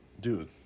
dude